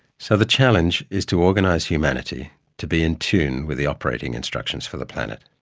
so the challenge is to organise humanity to be in tune with the operating instructions for the planet.